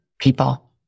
People